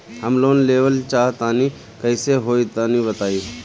हम लोन लेवल चाह तनि कइसे होई तानि बताईं?